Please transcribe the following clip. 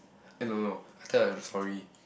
eh no no I tell her I'm sorry